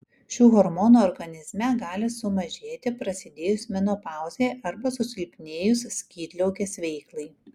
šių hormonų organizme gali sumažėti prasidėjus menopauzei arba susilpnėjus skydliaukės veiklai